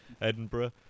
Edinburgh